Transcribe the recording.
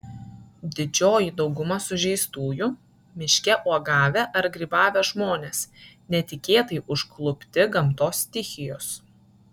didžioji dauguma sužeistųjų miške uogavę ar grybavę žmonės netikėtai užklupti gamtos stichijos